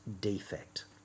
defect